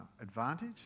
advantage